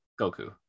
Goku